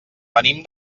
venim